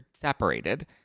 separated